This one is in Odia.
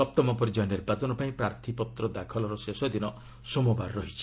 ସପ୍ତମ ପର୍ଯ୍ୟାୟ ନିର୍ବାଚନ ପାଇଁ ପ୍ରାର୍ଥୀପତ୍ର ଦାଖଲର ଶେଷ ଦିନ ସୋମବାର ରହିଛି